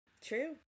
True